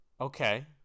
Okay